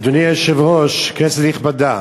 אדוני היושב-ראש, כנסת נכבדה,